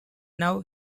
now